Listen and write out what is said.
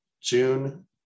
June